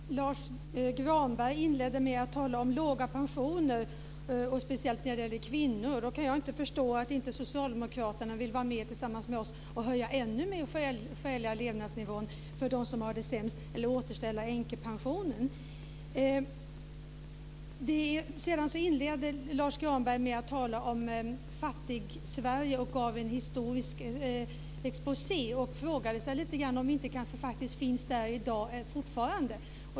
Herr talman! Lars Granberg inledde med att tala om låga pensioner, och speciellt när det gällde kvinnor. Då kan jag inte förstå att Socialdemokraterna inte vill vara med tillsammans med oss och höja den skäliga levnadsnivån ännu mer för dem som har det sämst eller återställa änkepensionen. Lars Granberg talade om Fattigsverige och gav en historisk exposé. Han frågade sig om vi kanske fortfarande är kvar där i dag.